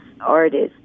artists